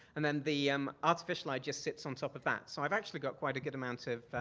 and then the um artificial eye just sits on top of that. so i've actually got quite a good amount of,